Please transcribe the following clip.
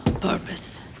purpose